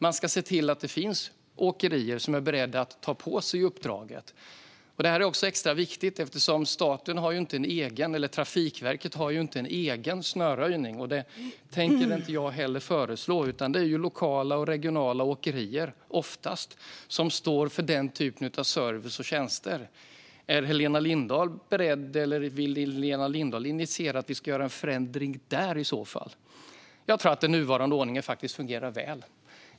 Man ska se till att det finns åkerier som är beredda att ta på sig uppdraget. Det här är också extra viktigt eftersom Trafikverket inte har någon egen snöröjning. Det tänker jag heller inte föreslå, utan det är oftast lokala och regionala åkerier som står för den typen av service och tjänster. Vill Helena Lindahl initiera att vi ska göra en förändring där? Jag tror att den nuvarande ordningen fungerar väl.